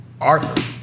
Arthur